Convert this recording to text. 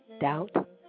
doubt